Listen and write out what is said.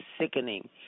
sickening